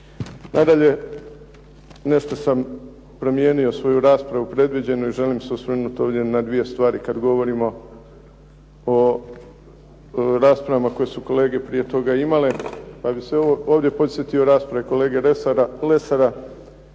Nadalje, nešto sam promijenio svoju raspravu, predviđeno je i želim se osvrnuti ovdje na dvije stvari, kada govorimo o raspravama koje su kolege prije toga imale. Pa bih se ovdje podsjetio rasprave kolege Lesara